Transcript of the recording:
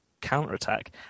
counter-attack